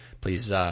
please